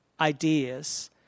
ideas